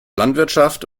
landwirtschaft